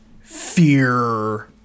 fear